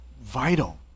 vital